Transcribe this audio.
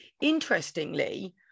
interestingly